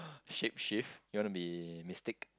shape shift you want to be mystique